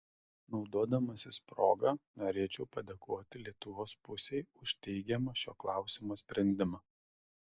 naudodamasis proga norėčiau padėkoti lietuvos pusei už teigiamą šio klausimo sprendimą